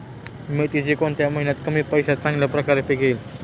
मेथीचे कोणत्या महिन्यात कमी पैशात चांगल्या प्रकारे पीक येईल?